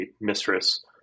mistress